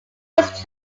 was